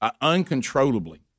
uncontrollably